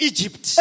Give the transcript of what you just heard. Egypt